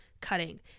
cutting